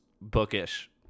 bookish